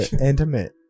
intimate